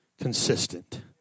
consistent